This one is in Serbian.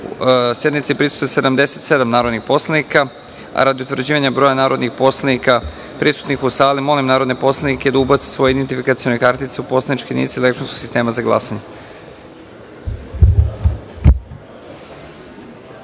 da sednici prisustvuje 77 narodnih poslanika. Radi utvrđivanja broja narodnih poslanika prisutnih u sali, molim narodne poslanike da ubace svoje identifikacione kartice u poslaničke jedinice elektronskog sistema za